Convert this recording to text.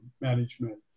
management